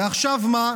ועכשיו מה?